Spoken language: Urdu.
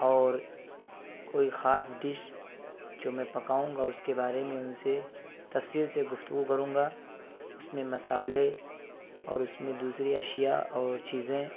اور كوئی خاص ڈش جو میں پكاؤں گا اس كے بارے میں ان سے تفصیل سے گفتگو کروں گا اس میں مصالحے اور اس میں دوسری اشیا اور چیزیں